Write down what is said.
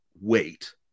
wait